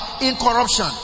Incorruption